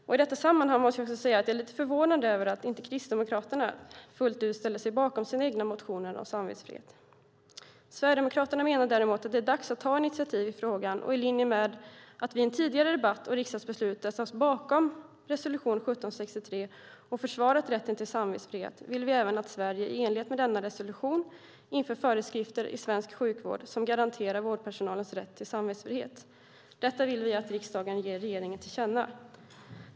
I detta sammanhang måste jag säga att jag är lite förvånad över att inte Kristdemokraterna fullt ut ställer sig bakom sina egna motioner om samvetsfrihet. Sverigedemokraterna menar däremot att det är dags att ta initiativ i frågan. I linje med att vi i en tidigare debatt och riksdagsbeslut ställt oss bakom resolution 1763 och försvarat rätten till samvetsfrihet vill vi även att Sverige i enlighet med denna resolution inför föreskrifter i svensk sjukvård som garanterar vårdpersonalens rätt till samvetsfrihet. Detta vill vi att riksdagen ger regeringen till känna.